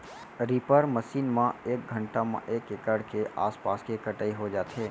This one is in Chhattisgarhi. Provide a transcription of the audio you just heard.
रीपर मसीन म एक घंटा म एक एकड़ के आसपास के कटई हो जाथे